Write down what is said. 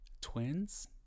twins